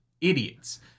idiots